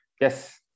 Yes